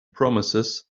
promises